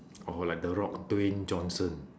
oh like the rock dwayne johnson